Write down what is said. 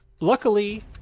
Luckily